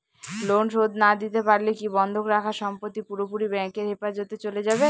Loan শোধ না দিতে পারলে কি বন্ধক রাখা সম্পত্তি পুরোপুরি ব্যাংকের হেফাজতে চলে যাবে?